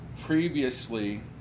Previously